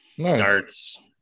darts